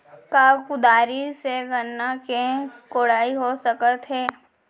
का कुदारी से गन्ना के कोड़ाई हो सकत हे?